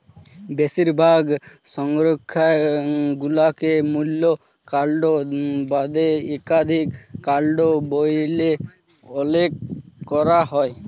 বেশিরভাগ সংখ্যায় গুল্মকে মূল কাল্ড বাদে ইকাধিক কাল্ড ব্যইলে উল্লেখ ক্যরা হ্যয়